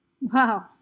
wow